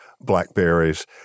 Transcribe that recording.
blackberries